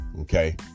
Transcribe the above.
okay